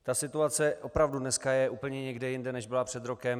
Ta situace je opravdu dneska úplně někde jinde, než byla před rokem.